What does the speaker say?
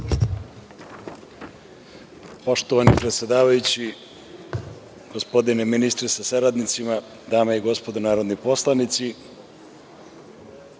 Poštovani predsedavajući, poštovani ministre, saradnici, dame i gospodo narodni poslanici,